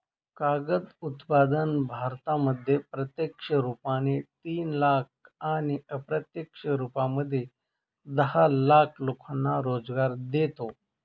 कागद उत्पादन भारतामध्ये प्रत्यक्ष रुपाने तीन लाख आणि अप्रत्यक्ष रूपामध्ये दहा लाख लोकांना रोजगार देतो